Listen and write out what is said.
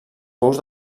pous